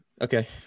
Okay